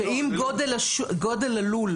אם גודל הלול,